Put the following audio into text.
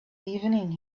evening